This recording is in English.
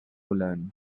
learn